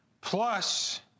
plus